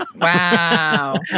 Wow